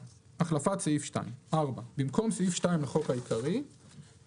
החלפת סעיף 2 4. "במקום סעיף 2 לחוק העיקרי יבוא: